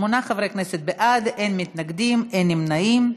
שמונה חברי כנסת בעד, אין מתנגדים, אין נמנעים.